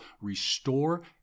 restore